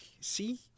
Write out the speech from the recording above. see